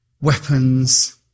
weapons